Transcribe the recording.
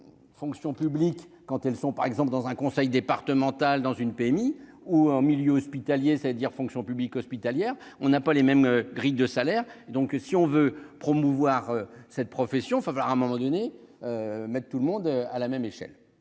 entre fonction publique quand elles sont par exemple dans un conseil départemental dans une PMI ou en milieu hospitalier, ça dire fonction publique hospitalière, on n'a pas les mêmes grilles de salaires, donc si on veut promouvoir cette profession falloir à un moment donné, maître, tout le monde à la même échelle,